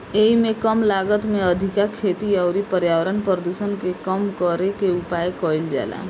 एइमे कम लागत में अधिका खेती अउरी पर्यावरण प्रदुषण के कम करे के उपाय कईल जाला